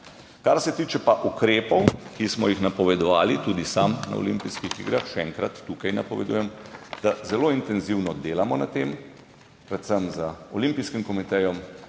Kar se tiče pa ukrepov, ki smo jih napovedovali, tudi sam na olimpijskih igrah, še enkrat tukaj napovedujem, da zelo intenzivno delamo na tem, predvsem z Olimpijskim komitejem